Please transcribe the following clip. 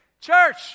Church